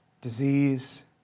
Disease